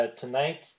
tonight